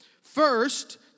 First